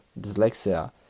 dyslexia